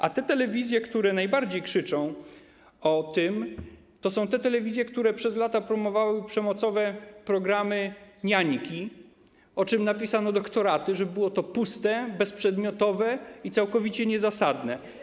A te telewizje, które najbardziej krzyczą o tym, to są te telewizje, które przez lata promowały przemocowe programy, niańki, o czym napisano doktoraty, że było to puste, bezprzedmiotowe i całkowicie niezasadne.